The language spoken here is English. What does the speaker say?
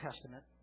Testament